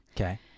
Okay